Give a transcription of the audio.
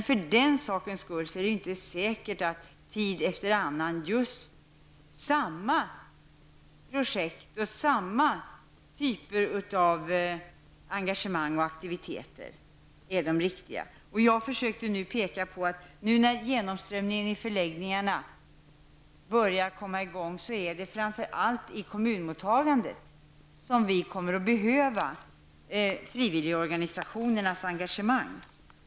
Men för den sakens skull är det inte säkert att tid efter annan just samma projekt och samma typer av engagemang och aktiviteter är de riktiga. Jag försökte nyss att peka på att nu, när genomströmningen i förläggningarna börjar komma i gång, är det framför allt i kommunmottagandet som vi kommer att behöva frivilligorganisationernas engagemang.